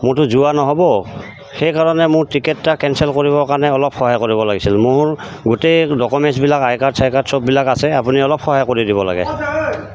মোৰতো যোৱা নহ'ব সেইকাৰণে মোৰ টিকেট এটা কেঞ্চেল কৰিবৰ কাৰণে অলপ সহায় কৰিব লাগছিল মোৰ গোটেই ডকুমেণ্টছবিলাক আই কাৰ্ড চাই কাৰ্ড চববিলাক আছে আপুনি অলপ সহায় কৰি দিব লাগে